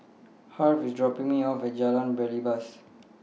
Harve IS dropping Me off At Jalan Belibas